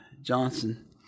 Johnson